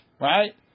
Right